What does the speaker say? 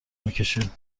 میکشید